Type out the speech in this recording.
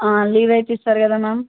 leave అయితే ఇస్తారు కదా మ్యామ్